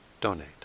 donate